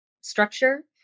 structure